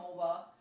over